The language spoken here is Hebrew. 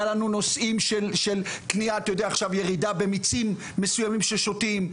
היה לנו תכנית לירידה במיצים ששותים,